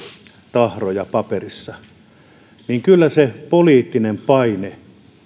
tahroja paperilla kyllä oli poliittinen paine